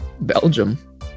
Belgium